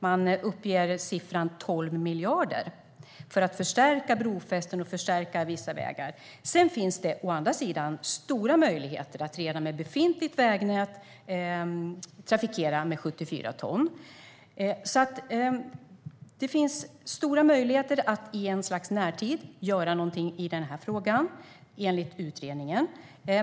Man uppger siffran 12 miljarder för att förstärka brofästen och vissa vägar. Det finns å andra sidan stora möjligheter att redan med befintligt vägnät trafikera med 74 ton. Det finns enligt utredningen stora möjligheter att i ett slags närtid göra någonting i den här frågan.